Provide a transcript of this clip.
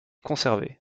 conservée